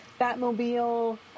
Batmobile